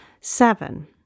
Seven